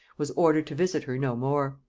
was ordered to visit her no more.